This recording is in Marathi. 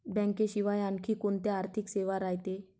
बँकेशिवाय आनखी कोंत्या आर्थिक सेवा रायते?